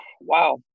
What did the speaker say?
wow